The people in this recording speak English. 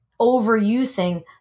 overusing